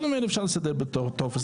כל הדברים האלה אפשר לסדר בתוך טופס.